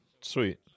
sweet